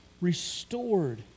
restored